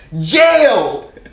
Jail